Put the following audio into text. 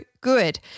good